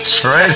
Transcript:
Right